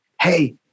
Hey